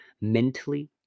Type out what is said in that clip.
mentally